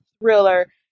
thriller